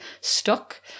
stuck